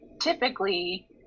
typically